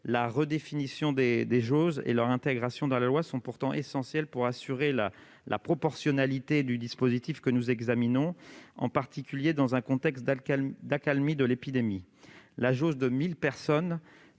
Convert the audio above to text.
la redéfinition de ces jauges et leur intégration dans la loi sont essentielles pour assurer la proportionnalité du dispositif que nous examinons, en particulier dans un contexte d'accalmie de l'épidémie. La jauge de 1 000 personnes